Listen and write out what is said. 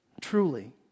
truly